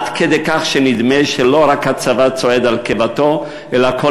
עד כדי כך שנדמה שלא רק הצבא צועד על קיבתו אלא כל